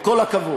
עם כל הכבוד.